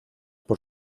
por